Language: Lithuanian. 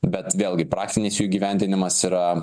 bet vėlgi praktinis jų įgyvendinimas yra